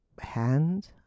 hand